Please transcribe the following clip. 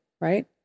right